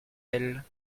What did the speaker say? elles